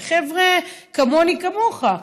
זה חבר'ה כמוני וכמוך,